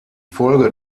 folge